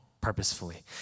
purposefully